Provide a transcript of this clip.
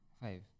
Five